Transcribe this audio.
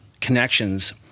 connections